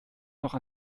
noch